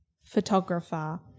photographer